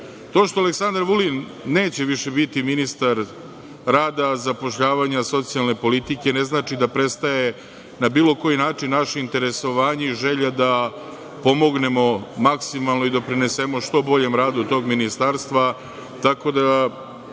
što Aleksandar Vulin neće više biti ministar rada, zapošljavanja, socijalne politike, ne znači da prestaje, na bilo koji način, naše interesovanje i želja da pomognemo maksimalno i doprinesemo što boljem radu tog ministarstva.